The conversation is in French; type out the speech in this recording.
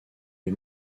les